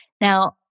Now